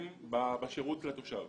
בשירות לתושב